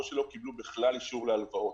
או שלא קיבלו בכלל אישור להלוואות.